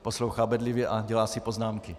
Poslouchá bedlivě a dělá si poznámky.